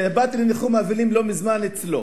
כשבאתי לניחום אבלים אצלו לא מזמן.